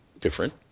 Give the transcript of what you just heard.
different